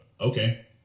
okay